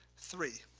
three,